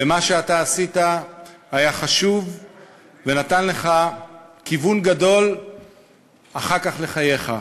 ומה שאתה עשית היה חשוב ונתן לך כיוון גדול אחר כך לחייך.